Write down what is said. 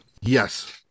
yes